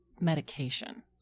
medication